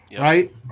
right